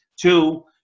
two